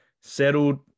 settled